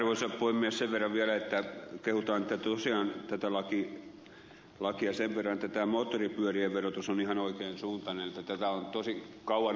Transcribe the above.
sen verran vielä että kehutaan tätä lakia sen verran että tämä moottoripyörien verotus on ihan oikean suuntainen tätä on tosi kauan odotettu